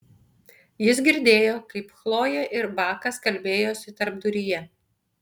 jis girdėjo kaip chlojė ir bakas kalbėjosi tarpduryje